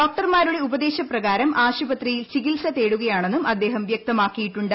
ഡോക്ടർമാരുടെ ഉപദേശപ്രകാരം ആശുപത്രിയിൽ ചികിത്സ തേടുകയാണെന്നും അദ്ദേഹം വൃക്തമാക്കിയിട്ടുണ്ട്